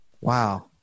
Wow